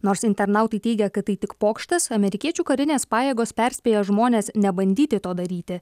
nors internautai teigia kad tai tik pokštas amerikiečių karinės pajėgos perspėja žmones nebandyti to daryti